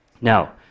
Now